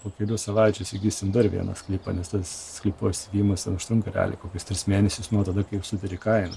po kelių savaičių įgysim dar vieną sklypą nes tas sklypo įsigijimas ten užtrunka realiai kokius tris mėnesius nuo tada kai suderi kainą